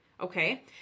okay